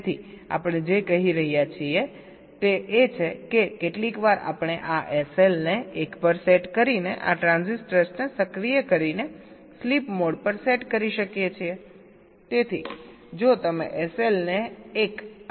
તેથી આપણે જે કહી રહ્યા છીએ તે છે કે કેટલીકવાર આપણે આ SL ને 1 પર સેટ કરીને આ ટ્રાન્ઝિસ્ટર્સને સક્રિય કરીને સ્લીપ મોડ પર સેટ કરી શકીએ છીએ